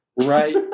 right